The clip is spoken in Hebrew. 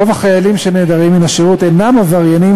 רוב החיילים שנעדרים מן השירות אינם עבריינים